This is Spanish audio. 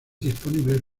disponibles